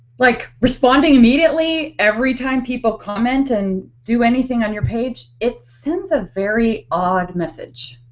like respond immediately every time people commented and do anything on your page it sends a very odd message.